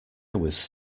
was